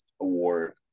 award